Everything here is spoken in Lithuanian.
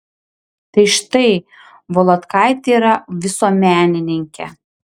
tai štai volodkaitė yra visuomenininkė